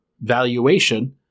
valuation